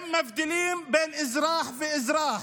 הם מבדילים בין אזרח לאזרח.